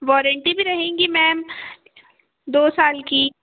warranty भी रहेंगी ma'am दो साल की